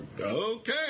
Okay